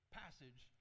passage